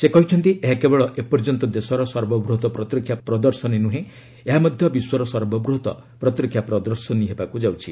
ସେ କହିଛନ୍ତି ଏହା କେବଳ ଏପର୍ଯ୍ୟନ୍ତ ଦେଶର ସର୍ବବୃହତ ପ୍ରତିରକ୍ଷା ପ୍ରଦର୍ଶନୀ ନୁହେଁ ଏହା ମଧ୍ୟ ବିଶ୍ୱର ସର୍ବବୃହତ୍ ପ୍ରତିରକ୍ଷା ପ୍ରଦର୍ଶନୀ ହେବାକୁ ଯାଉଛି